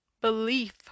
belief